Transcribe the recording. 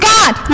God